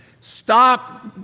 Stop